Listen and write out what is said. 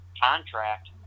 contract